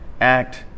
act